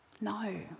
No